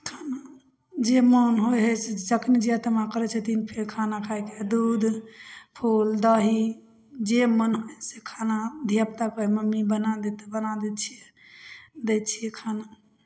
थम ने जे मोन होइ हइ से जखनी जे तमा करै छथिन से खाना खाइ छै दूध फूल दही जे मन होइ से खाना धिआपुता कहै मम्मी बना दे तऽ बना दै छियै दै छियै खाना